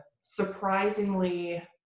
surprisingly